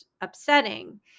upsetting